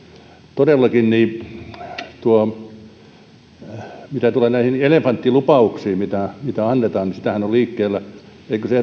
todellakin mitä tulee näihin elefanttilupauksiin mitä mitä annetaan niin sitähän on liikkeellä eikö edustaja kankaanniemi se